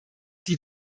die